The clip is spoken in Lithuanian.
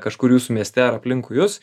kažkur jūsų mieste ar aplinkui jus